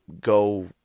go